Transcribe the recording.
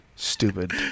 Stupid